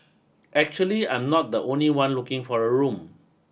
actually I'm not the only one looking for a room